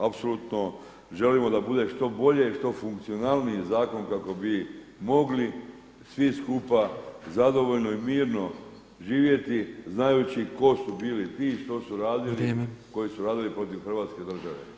Apsolutno, želimo da bude što bolje i što funkcionalniji zakon kako bi mogli svi skupa zadovoljno i mirno živjeti znajući tko su bili ti, što su radili [[Upadica Petrov: Vrijeme.]] koji su radili protiv Hrvatske države.